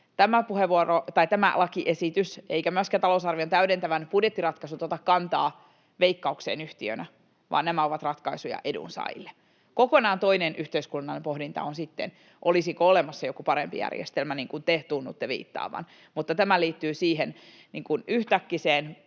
tämä lakiesitys eikä myöskään talousarvion täydentävä budjettiratkaisu ota kantaa Veikkaukseen yhtiönä, vaan nämä ovat ratkaisuja edunsaajille. Kokonaan toinen yhteiskunnallinen pohdinta on sitten, olisiko olemassa joku parempi järjestelmä, niin kuin te tunnutte viittaavan, mutta tämä liittyy siihen yhtäkkiseen, suureen murrokseen